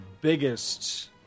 biggest